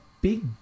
big